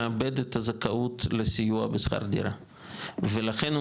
מאבד את הזכאות לסיוע בשכר דירה ולכן הוא